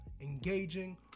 engaging